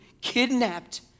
kidnapped